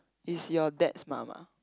is your dad's mum ah